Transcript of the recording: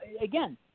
again